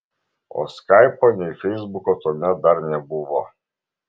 o skaipo nei feisbuko tuomet dar nebuvo